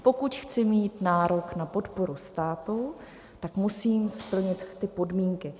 Pokud chci mít nárok na podporu státu, tak musím splnit podmínky.